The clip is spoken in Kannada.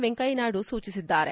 ವೆಂಕಯ್ಯನಾಯ್ದು ಸೂಚಿಸಿದ್ದಾರೆ